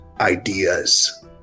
ideas